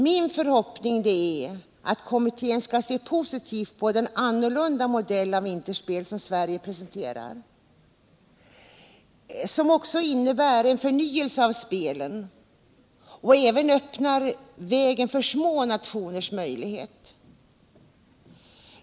Min förhoppning är att kommittén skall se positivt på den annorlunda modell av vinterspel sam Sverige presenterar och som också innebär en förnyelse av spelen och även öppnar möjligheter för små nationer.